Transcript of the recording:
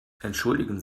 entschuldigen